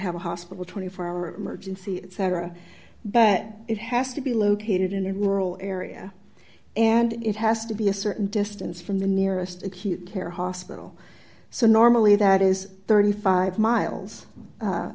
have a hospital twenty four hour emergency etc but it has to be located in a rural area and it has to be a certain distance from the nearest acute care hospital so normally that is thirty five miles